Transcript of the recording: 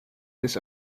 this